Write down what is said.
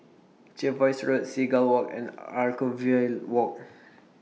Jervois Road Seagull Walk and Anchorvale Walk